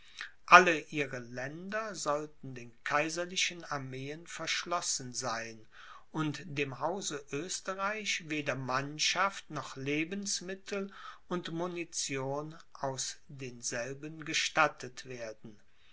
alle ihre länder sollten den kaiserlichen armeen verschlossen sein und dem hause oesterreich weder mannschaft noch lebensmittel und munition aus denselben gestattet werden